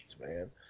man